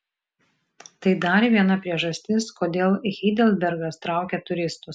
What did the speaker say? tai dar viena priežastis kodėl heidelbergas traukia turistus